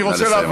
נא לסיים,